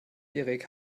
erik